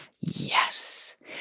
yes